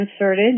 inserted